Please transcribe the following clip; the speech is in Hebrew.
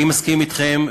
אני מסכים אתכם,